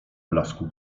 blasku